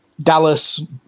Dallas